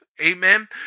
Amen